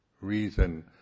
reason